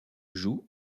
joue